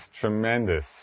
tremendous